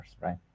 right